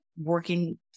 working-